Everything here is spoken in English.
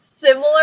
Similar